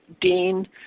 Dean